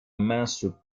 mince